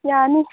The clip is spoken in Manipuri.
ꯌꯥꯅꯤ